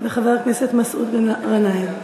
וחבר הכנסת מסעוד גנאים.